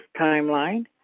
timeline